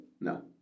No